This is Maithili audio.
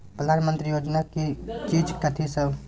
प्रधानमंत्री योजना की चीज कथि सब?